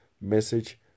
message